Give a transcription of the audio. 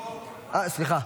סליחה.